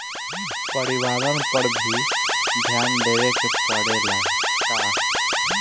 परिवारन पर भी ध्यान देवे के परेला का?